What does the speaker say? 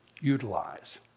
utilize